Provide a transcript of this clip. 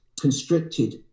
constricted